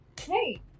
hey